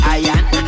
iron